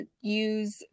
use